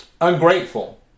ungrateful